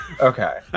Okay